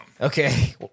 Okay